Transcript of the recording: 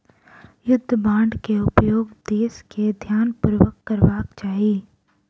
युद्ध बांड के उपयोग देस के ध्यानपूर्वक करबाक चाही